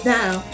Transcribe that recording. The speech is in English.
now